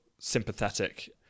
sympathetic